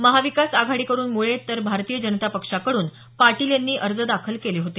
महाविकास आघाडीकडून मुळे तर भारतीय जनता पक्षाकड्रन पाटील यांनी अर्ज दाखल केले होते